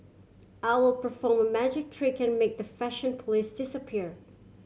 I will perform a magic trick and make the fashion police disappear